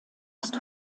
ist